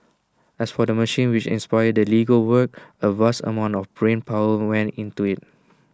as for the machine which inspired the Lego work A vast amount of brain power went into IT